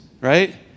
right